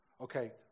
okay